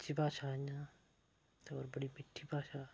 अच्छी भाशा न ते होर बड़ी मिट्ठी भाशा